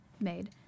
made